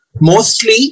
mostly